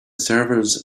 servers